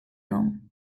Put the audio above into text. nom